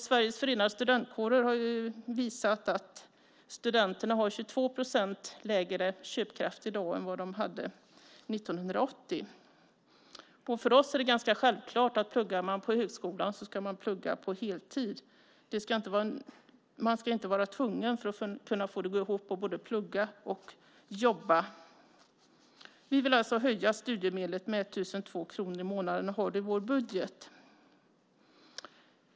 Sveriges förenade studentkårer har visat att studenterna har 22 procent lägre köpkraft i dag än vad de hade 1980. För oss är det självklart att om man pluggar på högskolan ska man plugga på heltid. Man ska inte vara tvungen att både plugga och jobba för att få det att gå ihop. Vi vill alltså höja studiemedlet med 1 200 kronor i månaden, och vi har det med i vår budget.